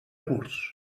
curs